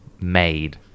made